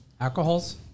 alcohols